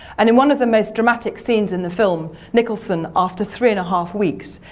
and in one of the most dramatic scenes in the film, nicholson, after three and a half weeks,